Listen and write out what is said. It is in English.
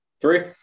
Three